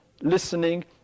listening